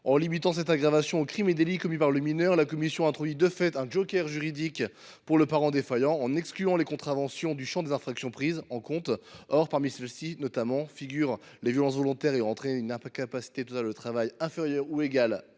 En limitant cette aggravation aux crimes et délits commis par le mineur, la commission a introduit, de fait, un joker juridique pour le parent défaillant, en excluant les contraventions du champ des infractions prises en compte. Or parmi celles ci figurent notamment les violences volontaires ayant entraîné une incapacité totale de travail (ITT) inférieure ou égale